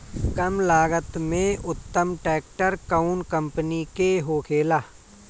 कम लागत में उत्तम ट्रैक्टर कउन कम्पनी के होखेला?